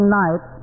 night